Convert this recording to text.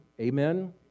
Amen